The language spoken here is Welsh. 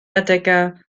adegau